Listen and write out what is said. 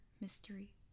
mystery